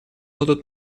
будут